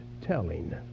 telling